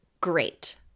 Great